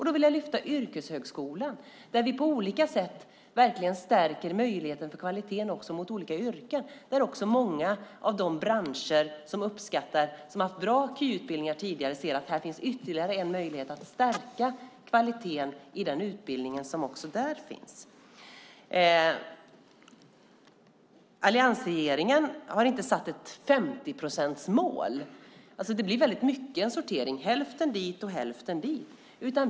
Då vill jag lyfta fram yrkeshögskolan som på olika sätt verkligen stärker kvaliteten. Många branscher som har haft bra kvalificerade yrkesutbildningar ser att det finns ytterligare en möjlighet att stärka kvaliteten i den utbildning som också där finns. Alliansregeringen har inte satt upp ett 50-procentsmål. Det blir väldigt mycket en sortering; hälften hit och hälften dit.